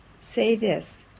say this,